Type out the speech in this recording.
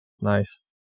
Nice